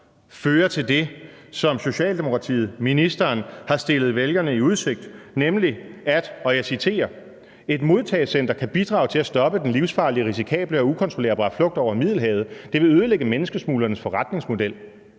føre til det, som Socialdemokratiet og ministeren har stillet vælgerne i udsigt, nemlig, og jeg citerer: »Et modtagecenter kan bidrage til at stoppe den livsfarlige, risikable og ukontrollerbare flugt over Middelhavet. Det vil ødelægge menneskesmuglernes forretningsmodel.«?